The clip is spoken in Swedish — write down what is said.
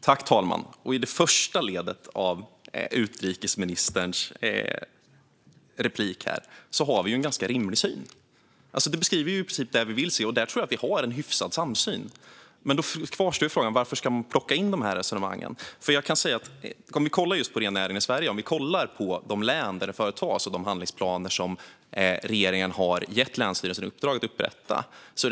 Fru talman! I det första ledet av utrikesministerns replik finns det en ganska rimlig syn. Där beskrivs i princip det som vi vill se. Där tror jag att vi har en hyfsad samsyn. Men då kvarstår frågan: Varför ska man plocka in dessa resonemang? Vi kan kolla på just rennäringen i Sverige och kolla på de län där regeringen har gett länsstyrelsen i uppdrag att upprätta handlingsplaner.